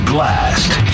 Blast